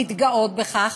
להתגאות בכך,